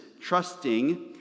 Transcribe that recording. trusting